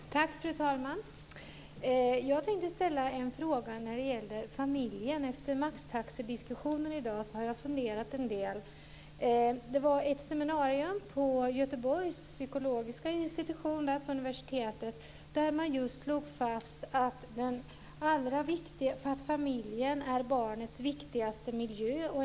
Fru talman! Jag tänkte ställa en fråga om familjen. Efter maxtaxediskussionen i dag har jag funderat en del. Det var ett seminarium på psykologiska institutionen vid Göteborgs universitet där man just slog fast att familjen är barnets viktigaste miljö.